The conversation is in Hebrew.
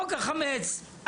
חוק החמץ,